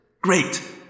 Great